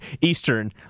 Eastern